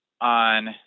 on